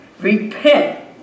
Repent